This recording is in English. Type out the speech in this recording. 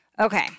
Okay